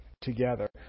together